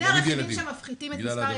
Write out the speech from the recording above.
שני הרכיבים שמפחיתים את מספר הילדים: